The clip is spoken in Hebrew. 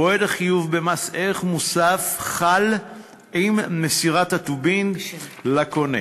מועד החיוב במס ערך מוסף חל עם מסירת הטובין לקונה.